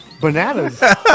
bananas